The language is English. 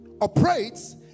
operates